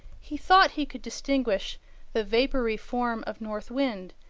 he thought he could distinguish the vapoury form of north wind,